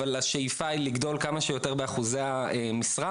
אבל השאיפה היא לגדול כמה שיותר באחוזי המשרה.